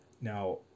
Now